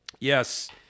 Yes